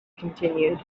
continued